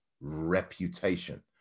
reputation